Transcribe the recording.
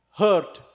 hurt